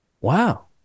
Wow